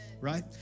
right